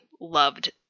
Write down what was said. loved